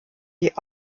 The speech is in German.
die